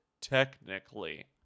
technically